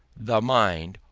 the mind.